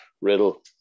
Riddle